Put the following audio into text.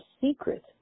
secret